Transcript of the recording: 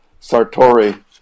Sartori